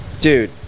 Dude